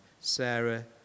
Sarah